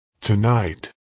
Tonight